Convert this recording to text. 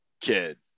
kid